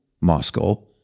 Moscow